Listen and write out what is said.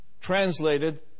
translated